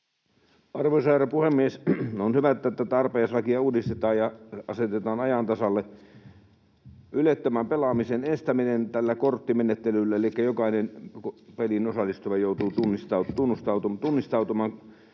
Arvoisa herra puhemies! On hyvä, että tätä arpajaislakia uudistetaan ja asetetaan ajan tasalle ylettömän pelaamisen estäminen tällä korttimenettelyllä. Elikkä jokainen peliin osallistuva joutuu tunnistautumaan